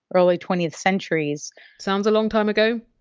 early twentieth centuries sounds a long time ago?